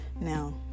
Now